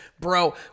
bro